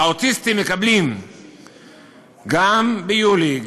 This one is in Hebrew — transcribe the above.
האוטיסטים מקבלים גם ביולי,